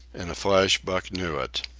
in a flash buck knew it.